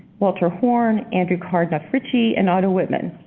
walter horn, andrew carnduff ritchie, and otto whitmann.